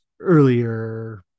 earlier